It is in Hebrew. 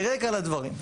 כרקע לדברים.